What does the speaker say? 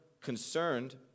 concerned